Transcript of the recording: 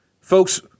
Folks